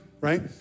right